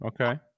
Okay